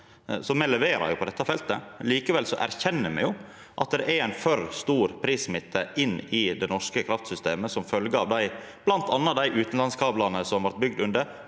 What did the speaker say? så me leverer på dette feltet. Likevel erkjenner me at det er ein for stor prissmitte inn i det norske kraftsystemet som følgje av bl.a. dei utanlandskablane som blei bygde under